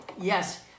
Yes